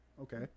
Okay